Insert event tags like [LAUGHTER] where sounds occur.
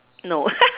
no [LAUGHS]